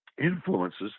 influences